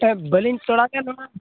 ᱵᱟᱹᱞᱤᱧ ᱥᱮᱬᱟᱭᱟ ᱱᱚᱣᱟ